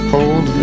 Hold